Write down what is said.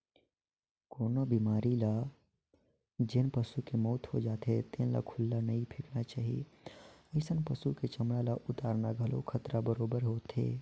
कोनो बेमारी म जेन पसू के मउत हो जाथे तेन ल खुल्ला नइ फेकना चाही, अइसन पसु के चमड़ा ल उतारना घलो खतरा बरोबेर होथे